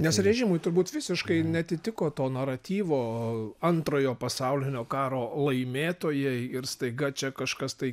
nes režimui turbūt visiškai neatitiko to naratyvo antrojo pasaulinio karo laimėtojai ir staiga čia kažkas tai